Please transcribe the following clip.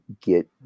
get